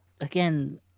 again